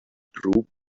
group